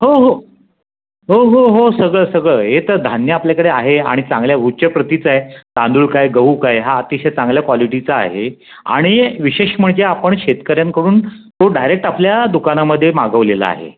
हो हो हो हो हो सगळं सगळं हे तर धान्य आपल्याकडे आहे आणि चांगल्या उच्च प्रतीचं आहे तांदूळ काय गहू काय हा अतिशय चांगल्या कॉलीटीचा आहे आणि विशेष म्हणजे आपण शेतकऱ्यांकडून तो डायरेक्ट आपल्या दुकानामध्ये मागवलेला आहे